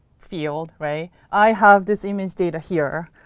field, right? i have this image data here.